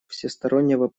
всестороннего